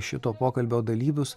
šito pokalbio dalyvius